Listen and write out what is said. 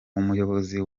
umuyobozi